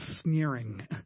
sneering